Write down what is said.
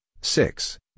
six